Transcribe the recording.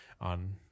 on